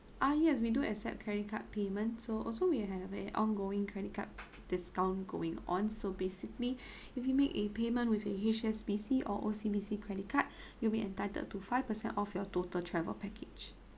ah yes we do accept credit card payment so also we have a ongoing credit card discount going on so basically if you make a payment with a H_S_B_C or O_C_B_C credit card you'll be entitled to five percent off your total travel package